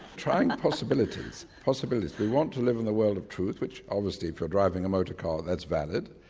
trying possibilities, possibilities we want to live in a world of truth which obviously if you're driving a motor car that's valid,